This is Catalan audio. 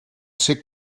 ser